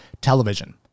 television